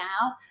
now